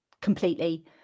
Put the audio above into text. completely